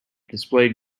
displayed